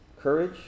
courage